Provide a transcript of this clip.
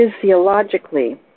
physiologically